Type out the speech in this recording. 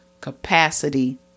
capacity